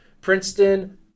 Princeton